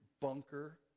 Bunker